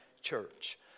church